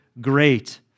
great